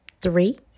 Three